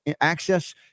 access